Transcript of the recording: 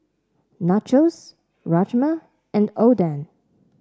Nachos Rajma and Oden